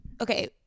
Okay